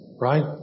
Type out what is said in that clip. right